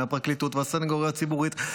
הפרקליטות והסנגוריה הציבורית,